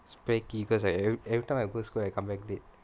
because I everytime I go school come back late